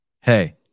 hey